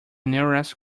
nearest